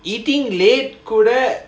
eating late correct